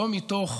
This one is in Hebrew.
לא מתוך